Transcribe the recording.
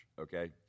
okay